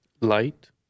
Light